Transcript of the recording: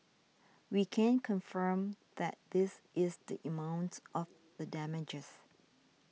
we can confirm that this is the in mount of the damages